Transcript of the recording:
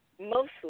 mostly